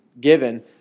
given